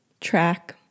track